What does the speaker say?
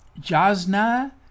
Jasna